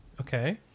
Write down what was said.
Okay